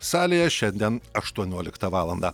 salėje šiandien aštuonioliktą valandą